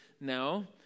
now